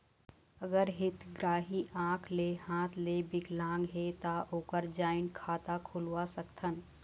अगर हितग्राही आंख ले हाथ ले विकलांग हे ता ओकर जॉइंट खाता खुलवा सकथन?